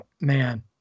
man